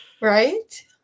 right